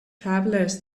travelers